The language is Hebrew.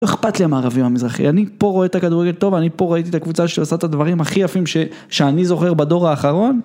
לא אכפת לי המערבים המזרחי-אני פה רואה את הכדורגל טוב, אני פה ראיתי את הקבוצה שעושה את הדברים הכי יפים ש-שאני זוכר בדור האחרון.